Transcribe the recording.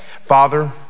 Father